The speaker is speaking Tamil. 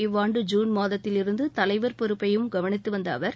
இவ்வாண்டு ஜுன் மாதத்தில் இருந்து தலைவர் பொறுப்பையும் கவனித்து வந்த அவர்